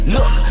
Look